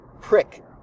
prick